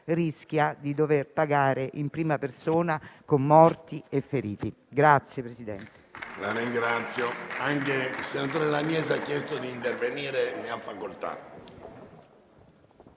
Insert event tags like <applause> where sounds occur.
rischia di dover pagare in prima persona con morti e feriti. <applause>